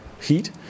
heat